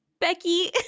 Becky